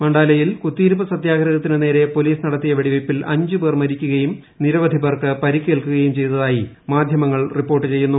മണ്ടാലെയിൽ കുത്തിയിരിപ്പ് സത്യാഗ്രഹത്തിന് നേരെ പോലീസ് നടത്തിയ വെടിവയ്പിൽ അഞ്ച് പേർ മരിക്കുകയും നിരവധി പേർക്ക് പരിക്കേൽക്കുകയും ചെയ്തതായി മാധ്യമങ്ങൾ റിപ്പോർട്ട് ചെയ്യുന്നു